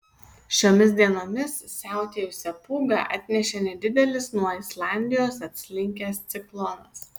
šiomis dienomis siautėjusią pūgą atnešė nedidelis nuo islandijos atslinkęs ciklonas